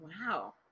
Wow